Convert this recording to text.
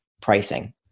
pricing